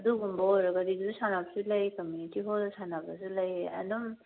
ꯑꯗꯨꯒꯨꯝꯕ ꯑꯣꯏꯔꯒꯗꯤ ꯑꯗꯨꯗ ꯁꯥꯟꯅꯕꯁꯨ ꯂꯩ ꯀꯝꯃ꯭ꯌꯨꯅꯤꯇꯤ ꯍꯣꯜꯗ ꯁꯥꯟꯅꯕꯁꯨ ꯂꯩ ꯑꯗꯨꯝ